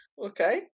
Okay